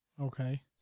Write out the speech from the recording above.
Okay